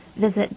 visit